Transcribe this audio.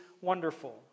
wonderful